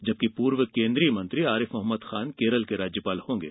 जबकि पूर्व केन्द्रीय मंत्री आरिफ मोहम्मद खान केरल के राज्यपाल होंगे